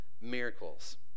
Miracles